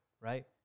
right